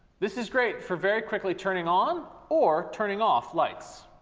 this is great for very quickly turning on or turning off lights.